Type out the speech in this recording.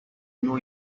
new